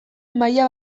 maila